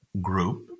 group